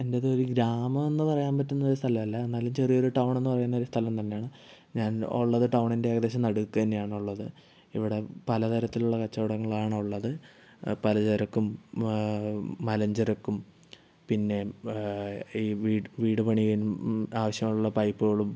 എന്റെത് ഒരു ഗ്രാമം എന്ന് പറയാൻ പറ്റുന്ന ഒരു സ്ഥലം അല്ല എന്നാലും ചെറിയൊരു ടൗൺ എന്ന് പറയുന്നൊരു സ്ഥലം തന്നെയാണ് ഞാൻ ഉള്ളത് ടൗണിൻ്റെ ഏകദേശം നടുക്ക് തന്നെയാണ് ഉള്ളത് ഇവിടെ പല തരത്തിലുള്ള കച്ചവടങ്ങളാണ് ഉള്ളത് പലചരക്കും മലഞ്ചരക്കും പിന്നെ ഈ വീട് വീട് പണിയും ആവശ്യമുള്ള പൈപ്പുകളും